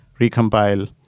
recompile